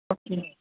okay